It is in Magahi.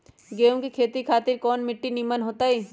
गेंहू की खेती खातिर कौन मिट्टी निमन हो ताई?